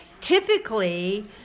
typically